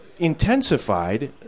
intensified